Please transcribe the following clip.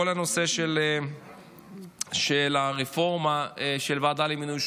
הנושא של הרפורמה בוועדה למינוי שופטים.